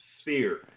sphere